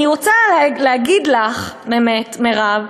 אני רוצה להגיד לך באמת, מירב,